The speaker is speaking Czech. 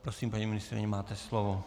Prosím, paní ministryně, máte slovo.